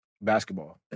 Basketball